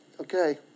okay